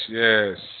yes